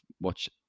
watch